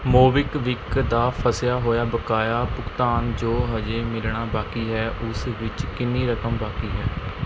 MobiKwik ਦਾ ਫਸਿਆ ਹੋਇਆ ਬਕਾਇਆ ਭੁਗਤਾਨ ਜੋ ਹਜੇ ਮਿਲਣਾ ਬਾਕੀ ਹੈ ਉਸ ਵਿੱਚ ਕਿੰਨੀ ਰਕਮ ਬਾਕੀ ਹੈ